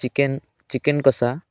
chicken chicken କଷା